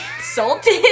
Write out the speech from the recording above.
Salted